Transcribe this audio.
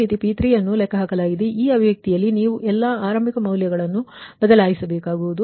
ಅದೇ ರೀತಿ P3 ಅನ್ನು ಲೆಕ್ಕಹಾಕಲಾಗಿದೆ ಈ ಅಭಿವ್ಯಕ್ತಿಯಲ್ಲಿ ನೀವು ಆ ಎಲ್ಲಾ ಆರಂಭಿಕ ಮೌಲ್ಯಗಳನ್ನು ಬದಲಿಸುತ್ತೀರಿ